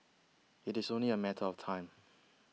it is only a matter of time